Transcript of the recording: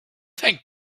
thank